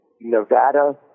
Nevada